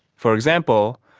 for example,